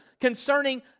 Concerning